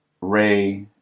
Ray